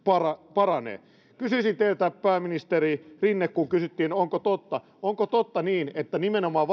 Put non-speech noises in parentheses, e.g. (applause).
paranee kysyisin teiltä pääministeri rinne kun kysyttiin onko totta onko totta että nimenomaan (unintelligible)